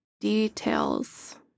details